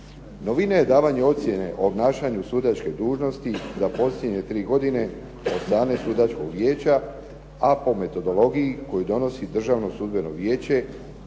Novina je davanje ocjene o obnašanju sudačke dužnosti za posljednje tri godine, od strane sudačkog vijeća a po metodologiji koju donosi Državno sudbeno vijeće,